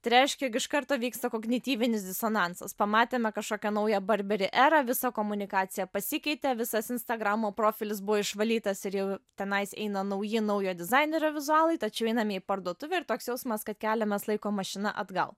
tai reiškia jog iš karto vyksta kognityvinis disonansas pamatėme kažkokią naują barberi erą visa komunikacija pasikeitė visas instagramo profilis buvo išvalytas ir jau tenais eina nauji naujo dizainerio vizualai tačiau einame į parduotuvę ir toks jausmas kad keliamės laiko mašina atgal